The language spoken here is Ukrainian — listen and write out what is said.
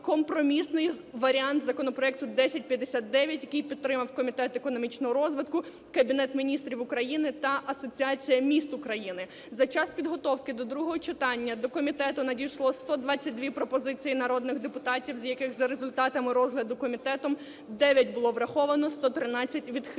компромісний варіант законопроекту 1059, який підтримав Комітет економічного розвитку, Кабінет Міністрів України та Асоціація міст України. За час підготовки до другого читання до комітету надійшло 122 пропозиції народних депутатів, з яких за результатами розгляду комітетом 9 було враховано, 113 відхилено.